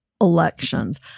elections